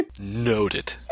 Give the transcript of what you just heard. noted